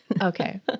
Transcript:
Okay